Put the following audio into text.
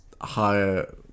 higher